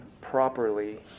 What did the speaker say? properly